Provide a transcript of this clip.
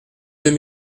deux